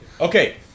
Okay